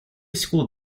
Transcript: school